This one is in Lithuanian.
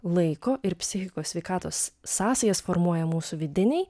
laiko ir psichikos sveikatos sąsajas formuoja mūsų vidiniai